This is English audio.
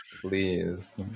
Please